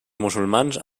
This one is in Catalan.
musulmans